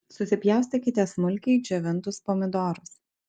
susipjaustykite smulkiai džiovintus pomidorus